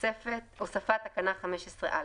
הוספת תקנה 15א